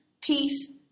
peace